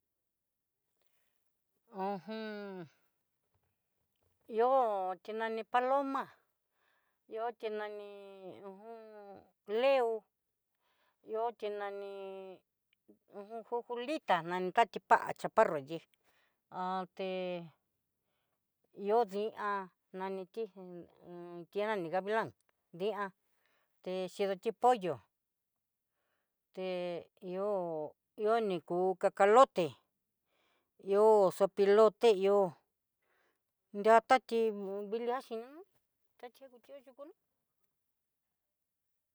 ihó ti nani paloma, ihó ti nani uj leú, ihó ti nani uj jujulita nani ta ti pá chaparro ji ihó din aniti ti nani gavilan dian, te xhidoti pollo té iho ni ku cacaloté iho zopilote ihó nriati vila xhini nó ta tiá yukú no.